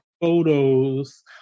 photos